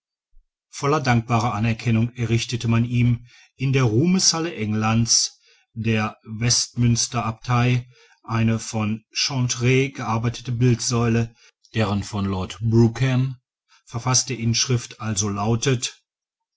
voll dankbarer anerkennung errichtete man ihm in der ruhmeshalle englands der westmünsterabtei eine von chantrey gearbeitete bildsäule deren von lord brougham verfaßte inschrift also lautet